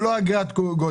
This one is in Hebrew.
זה לא אגרת גודש,